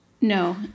no